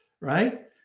right